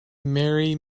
merry